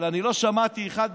אבל אני לא שמעתי אחד מכם,